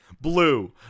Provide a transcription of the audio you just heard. Blue